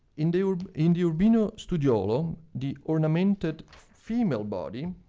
in the ah in the urbino studiolo, the ornamented female body.